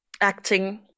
acting